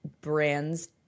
brands